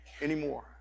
anymore